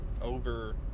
over